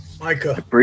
Micah